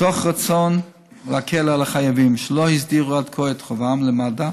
מתוך רצון להקל על החייבים שלא הסדירו עד כה את חובם למד"א,